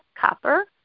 copper